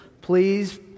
Please